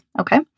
Okay